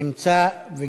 נמצא גם